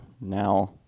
Now